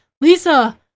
Lisa